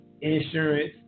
insurance